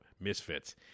Misfits